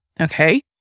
Okay